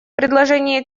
предложения